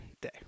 day